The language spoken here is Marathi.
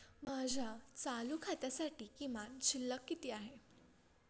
माझ्या चालू खात्यासाठी किमान शिल्लक किती आहे?